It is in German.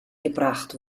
gebracht